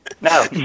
No